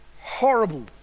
horrible